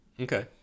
Okay